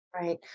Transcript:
Right